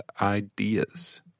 ideas